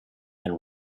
and